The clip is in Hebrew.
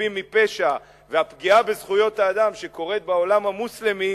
החפים מפשע שנפגעו והפגיעה בזכויות האדם בעולם המוסלמי